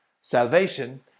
salvation